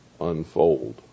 unfold